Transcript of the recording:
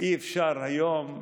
אי-אפשר היום.